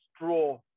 draw